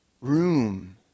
room